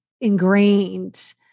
ingrained